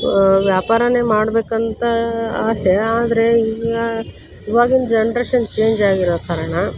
ವ್ಯಾಪಾರನೇ ಮಾಡಬೇಕಂತ ಆಸೆ ಆದರೆ ಈಗ ಇವಾಗಿನ ಜನ್ರೇಷನ್ ಚೇಂಜಾಗಿರೋ ಕಾರಣ